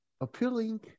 appealing